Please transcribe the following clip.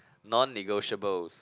non negotiables